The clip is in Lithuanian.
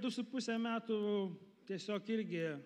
du su puse metų tiesiog irgi